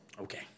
Okay